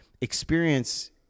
experience